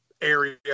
area